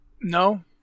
No